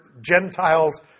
Gentiles